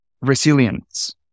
resilience